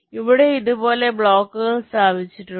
ഇവിടെ ഇതുപോലെ ബ്ലോക്കുകൾ സ്ഥാപിച്ചിട്ടുണ്ട്